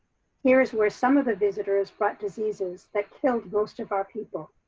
here is where some of the visitors brought diseases that killed most of our people,